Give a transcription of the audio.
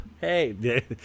Hey